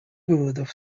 выводов